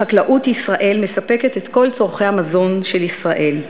חקלאות ישראל מספקת את כל צורכי המזון של ישראל.